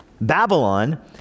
Babylon